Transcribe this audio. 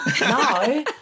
No